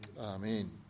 Amen